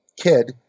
kid